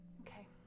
Okay